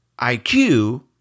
IQ